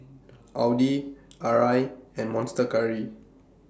Audi Arai and Monster Curry